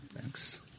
thanks